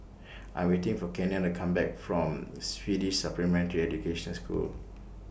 I Am waiting For Kenia to Come Back from Swedish Supplementary Education School